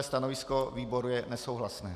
Stanovisko výboru je nesouhlasné.